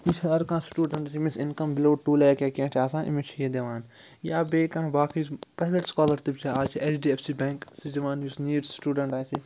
یہِ چھِ ہر کانٛہہ سٹوٗڈنٛٹ ییٚمِس اِنکَم بِلو ٹوٗ لیک یا کیٚنٛہہ چھِ آسان أمِس چھِ یہِ دِوان یا بیٚیہِ کانٛہہ باقٕے پرٛیویٹ سُکالَرشِپ چھِ آز چھِ H D F C bank سُہ چھِ دِوان یُس نیٖڈ سٹوٗڈَنٛٹ آسہِ